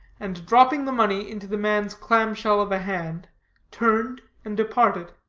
and dropping the money into the man's clam-shell of a hand turned and departed.